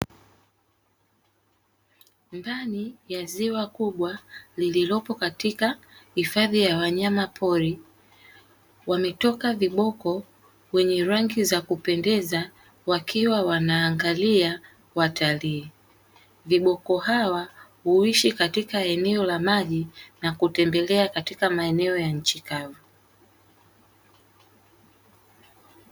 Ndani ya ziwa kubwa lililopo katika hifadhi ya wanyama pori, wametoka viboko wenye rangi za kupendeza wakiwa wanaangalia watalii. Viboko hawa huishi katika eneo la maji na kutembelea katika maeneo ya nchi kavu.